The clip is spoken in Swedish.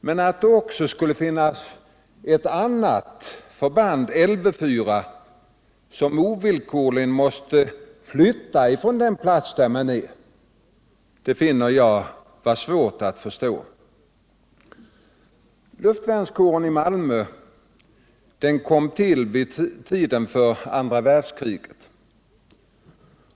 Men att det också skulle finnas ett annat förband, Lv 4, som ovillkorligen måste flytta ifrån sin stationeringsort finner jag svårförståeligt. Luftvärnskåren i Malmö kom till vid tiden för andra världskriget.